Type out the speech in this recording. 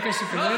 חבר הכנסת גליק.